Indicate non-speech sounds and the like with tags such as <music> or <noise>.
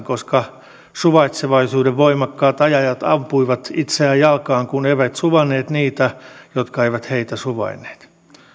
<unintelligible> koska suvaitsevaisuuden voimakkaat ajajat ampuivat itseään jalkaan kun eivät suvainneet niitä jotka eivät heitä suvainneet